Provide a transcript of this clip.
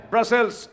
Brussels